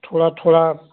थोड़ा थोड़ा